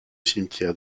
cimetière